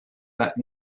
that